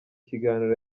kiganiro